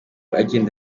agenda